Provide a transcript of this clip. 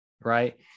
right